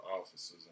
officers